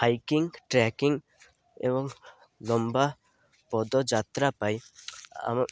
hiking trekking ଏବଂ ଲମ୍ବା ପଦଯାତ୍ରା ପାଇ ଆମ